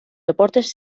deportes